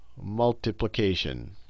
Multiplication